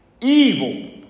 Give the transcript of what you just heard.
evil